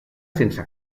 sense